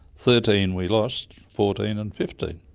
thirteen we lost, fourteen and fifteen.